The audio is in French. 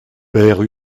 père